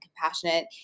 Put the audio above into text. compassionate